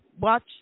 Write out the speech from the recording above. watch